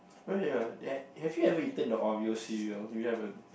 ya ya ya have have you ever eaten the Oreo cereal if you haven't